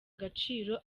gaciro